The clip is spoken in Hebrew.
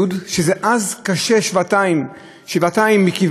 אדם מבקש את הביטוח הזה על התקופה שהוא לא יכול,